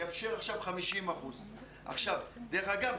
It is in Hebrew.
דרך אגב,